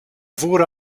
wurde